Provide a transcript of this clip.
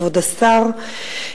כבוד השר,